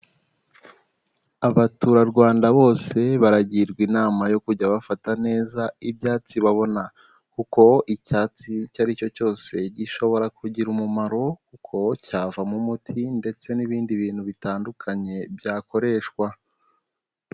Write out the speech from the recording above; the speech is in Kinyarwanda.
Abaturarwanda bose baragirwa inama yo kujya bafata neza ibyatsi babona. Kuko icyatsi icyo aricyo cyose gishobora kugira umumaro, kuko cyavamo umuti ndetse n'ibindi bintu bitandukanye byakoreshwa.